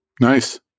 Nice